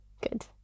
good